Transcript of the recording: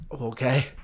Okay